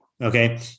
Okay